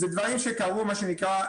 אלה דברים שקרו, מה שנקרא,